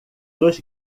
dos